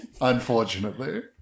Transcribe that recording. Unfortunately